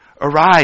Arise